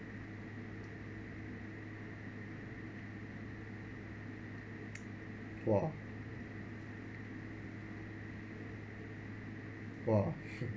!wah! !wah!